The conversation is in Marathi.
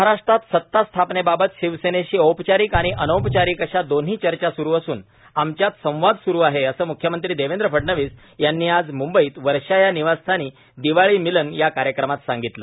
महाराष्ट्रात सतास्थापनेबाबत शिवसेनेशी औपचारिक आणि अनौपाचारिक अशा दोन्ही चर्चा सुरु असून आमच्यात संवाद सुरु आहे असं मुख्यमंत्री देवेंद्र फडणवीस यांनी आज मुंबईत वर्षा या निवासस्थानी दिवाळीमिलन या कार्यक्रमात सांगितलं